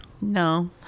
No